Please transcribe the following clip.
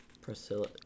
Priscilla